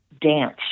dance